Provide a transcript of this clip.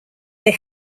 they